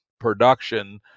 production